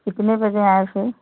कितने बजे आएँ फ़िर